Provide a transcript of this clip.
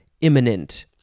imminent